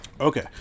Okay